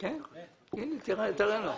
הנה, תראה לו.